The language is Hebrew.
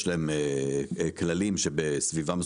יש להם כללים שבסביבה מסוימת,